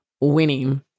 winning